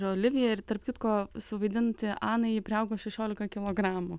olivija ir tarp kitko suvaidinti aną ji priaugo šešiolika kilogramų